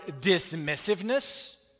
dismissiveness